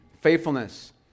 faithfulness